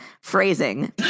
phrasing